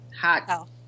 hot